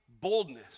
boldness